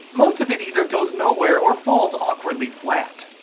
most of it either goes nowhere or falls awkwardly flat.